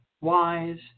wise